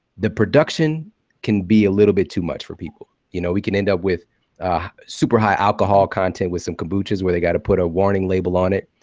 the production can be a little bit too much for people. you know we can end up with super high alcohol content with some kombuchas where they got to put a warning label on it.